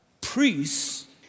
Priests